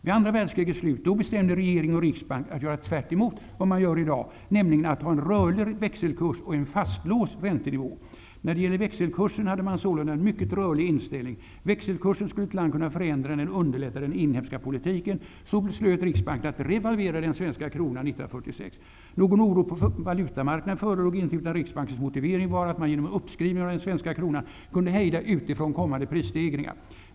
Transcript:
Vid andra världskrigets slut bestämde regering och riksbank att man skulle göra tvärtemot vad man gör i dag, nämligen att ha en rörlig växelkurs och en fastlåst räntenivå. När det gällde valutakursen hade man sålunda en mycket rörlig inställning. Växelkursen skulle ett land kunna förändra när det underlättade den inhemska politiken. Så beslöt riksbanken att revalvera den svenska kronan l946. Någon oro på valutamarknaden förelåg inte, utan Riksbankens motivering var att man genom en uppskrivning av den svenska kronan kunde hejda utifrån kommande prisstegringar.